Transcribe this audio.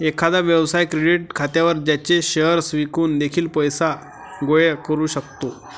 एखादा व्यवसाय क्रेडिट खात्यावर त्याचे शेअर्स विकून देखील पैसे गोळा करू शकतो